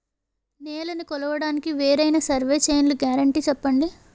నేలనీ కొలవడానికి వేరైన సర్వే చైన్లు గ్యారంటీ చెప్పండి?